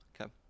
okay